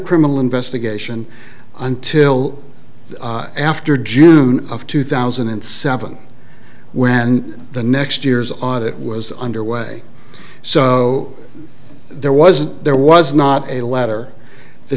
criminal investigation until after june of two thousand and seven when the next year's audit was underway so there wasn't there was not a letter the